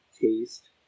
taste